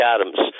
Adams